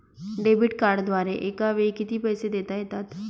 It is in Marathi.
डेबिट कार्डद्वारे एकावेळी किती पैसे देता येतात?